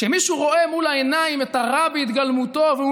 כשמישהו רואה מול העיניים את הרע בהתגלמותו והוא